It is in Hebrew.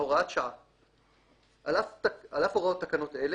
"הוראת שעה על אף הוראות תקנות אלה,